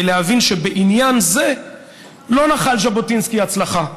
להבין שבעניין זה לא נחל ז'בוטינסקי הצלחה.